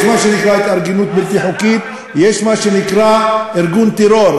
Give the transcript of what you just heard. יש מה שנקרא "התארגנות בלתי חוקית" ויש מה שנקרא "ארגון טרור".